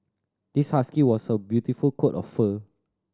this husky has a beautiful coat of fur